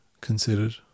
considered